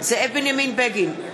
זאב בנימין בגין,